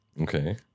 Okay